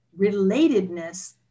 relatedness